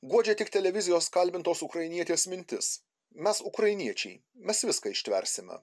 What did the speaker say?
guodžia tik televizijos kalbintos ukrainietės mintis mes ukrainiečiai mes viską ištversime